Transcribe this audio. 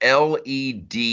LED